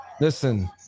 Listen